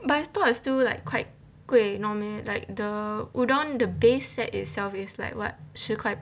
but I thought it's still like quite 贵 no meh like the udon the base set itself is like what 十块